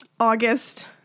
August